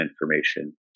information